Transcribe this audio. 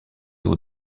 eaux